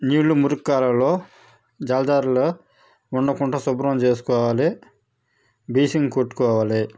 నీళ్ళు మురికి కాలువలో జలదారుల్లో ఉండకుండా శుభ్రం చేసుకోవాలి బ్లీచింగ్ కొట్టుకోవాలి